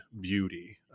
beauty